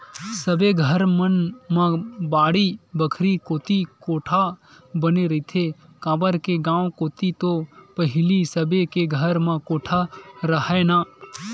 सबे घर मन म बाड़ी बखरी कोती कोठा बने रहिथे, काबर के गाँव कोती तो पहिली सबे के घर म कोठा राहय ना